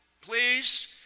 Please